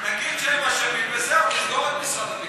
נגיד שהם אשמים וזהו, נסגור את משרד הביטחון.